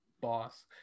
boss